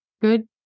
good